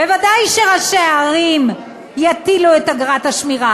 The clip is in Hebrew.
ודאי שראשי העיר יטילו את אגרת השמירה,